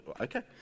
Okay